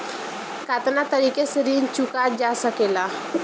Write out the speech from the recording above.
कातना तरीके से ऋण चुका जा सेकला?